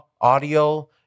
audio